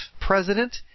president